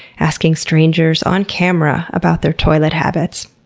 asking strangers, on camera, about their toilet habits.